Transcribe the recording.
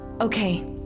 Okay